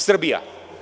Srbija.